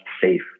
safe